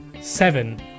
Seven